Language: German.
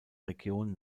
region